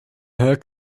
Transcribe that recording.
her